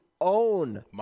own